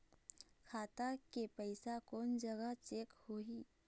खाता के पैसा कोन जग चेक होही?